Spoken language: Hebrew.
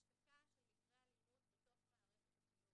השתקה של מקרי אלימות בתוך מערכת החינוך.